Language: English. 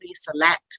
select